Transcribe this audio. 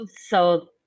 So-